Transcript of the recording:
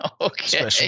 Okay